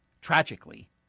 tragically